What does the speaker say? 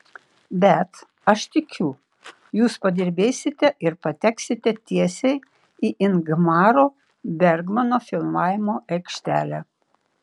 bet aš tikiu jūs padirbėsite ir pateksite tiesiai į ingmaro bergmano filmavimo aikštelę